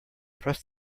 press